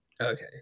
Okay